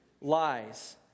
lies